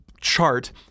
chart